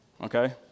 okay